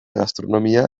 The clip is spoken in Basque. gastronomia